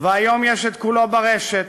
והיום כולו ברשת,